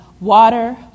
water